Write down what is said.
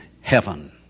heaven